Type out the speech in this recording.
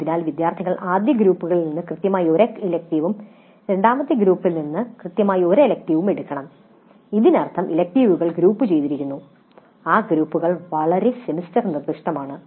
അതിനാൽ വിദ്യാർത്ഥികൾ ആദ്യ ഗ്രൂപ്പിൽ നിന്ന് കൃത്യമായി ഒരു ഇലക്ടീവും രണ്ടാമത്തെ ഗ്രൂപ്പിൽ നിന്ന് കൃത്യമായി ഒരു ഇലക്ടീവും എടുക്കണം അതിനർത്ഥം ഇലക്ടീവുകൾ ഗ്രൂപ്പുചെയ്തിരിക്കുന്നു ഈ ഗ്രൂപ്പുകൾ വളരെ സെമസ്റ്റർ നിർദ്ദിഷ്ടമാണ്